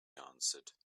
answered